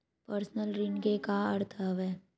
Personal ऋण के का अर्थ हवय?